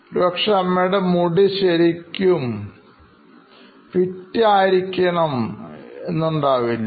ഒരുപക്ഷേ അമ്മയുടെ മുടി ശരിക്ക് ഫിറ്റ് ആയിരിക്കുന്നു ഉണ്ടാവില്ല